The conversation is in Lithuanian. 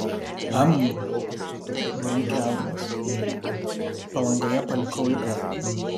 hm numykė aurimas palangoje palikau igną